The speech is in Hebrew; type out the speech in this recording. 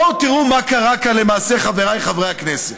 בואו תראו מה קרה כאן, למעשה, חבריי חברי הכנסת,